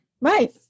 Right